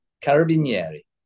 carabinieri